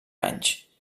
anys